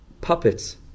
puppets